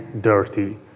dirty